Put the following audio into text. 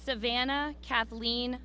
savannah kathleen